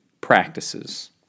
practices